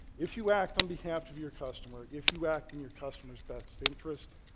if you act on behalf of your customer, if you act in your customer's best interest,